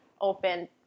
open